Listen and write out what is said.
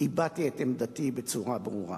הבעתי את עמדתי בצורה ברורה.